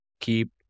keep